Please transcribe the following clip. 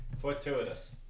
fortuitous